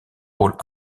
rôles